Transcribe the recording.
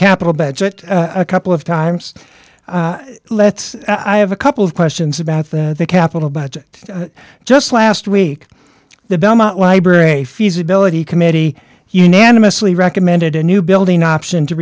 capital budget a couple of times let's i have a couple of questions about that the capital budget just last week the belmont library feasibility committee unanimously recommended a new building option to